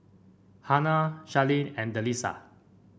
Hernan Sharleen and Delisa